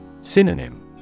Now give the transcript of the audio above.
Synonym